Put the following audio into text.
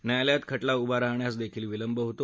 न्यायालयात खटला उभा राहण्यास देखील विलंब होतो